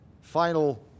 final